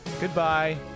goodbye